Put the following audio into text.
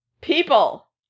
People